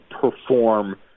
perform